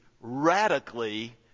radically